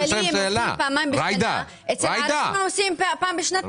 אני רוצה לסיים שאלה ----- עושים פעם בשנתיים.